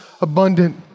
abundant